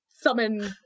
summon